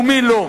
ומי לא.